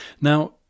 Now